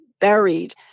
buried